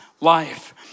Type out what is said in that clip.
life